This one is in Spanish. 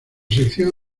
sección